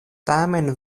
tamen